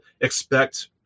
expect